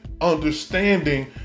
understanding